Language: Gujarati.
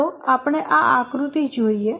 ચાલો આપણે આ આકૃતિ જોઈએ